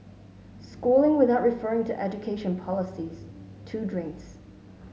schooling without referring to education policies two drinks